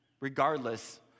regardless